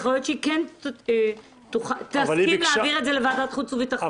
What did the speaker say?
יכול להיות שהיא כן תסכים להעביר את זה לוועדת חוץ וביטחון.